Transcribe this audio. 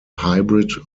hybrid